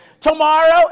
Tomorrow